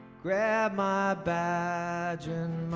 grab my badge and